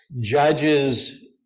judges